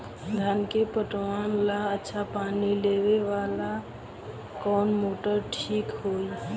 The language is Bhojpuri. धान के पटवन ला अच्छा पानी देवे वाला कवन मोटर ठीक होई?